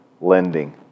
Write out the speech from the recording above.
lending